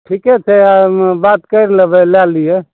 ठीके छै आइ हमे बात कैरि लेबै लै लिहऽ